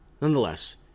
Nonetheless